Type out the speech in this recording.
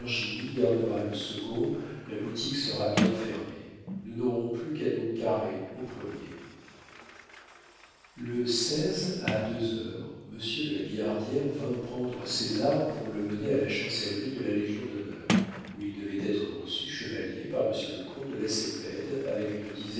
gardera le second la boutique sera bien fermée nous n'aurons plus qu'à nous carrer au premier le seize à deux heures monsieur de la billardière vint prendre césar pour le mener à la chancellerie de la légion-d'honneur où il devait être reçu chevalier par monsieur le comte de lacépède avec une